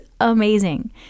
amazing